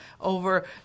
over